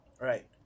Right